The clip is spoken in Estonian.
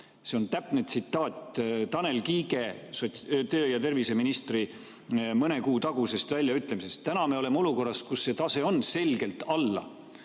See on täpne tsitaat Tanel Kiige, tervise- ja tööministri mõne kuu tagusest väljaütlemisest. Täna me oleme olukorras, kus see tase on selgelt alla